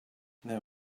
there